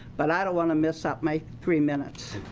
but i don't want to mess up my three minutes.